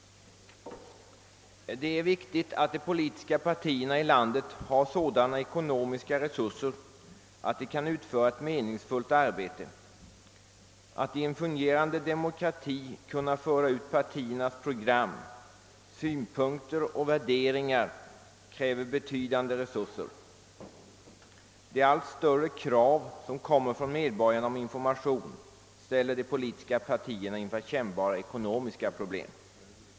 Det är viktigt att de politiska partierna i landet har sådana ekonomiska resurser att de kan utföra ett meningsfullt arbete. Att i en fungerande demokrati kunna föra ut partiernas program, synpunkter och värderingar kräver betydande resurser. De allt större krav som reses av medborgarna på information ställde de politiska partierna inför kännbara ekonomiska problem.